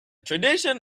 tradition